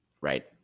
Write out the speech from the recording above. right